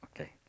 okay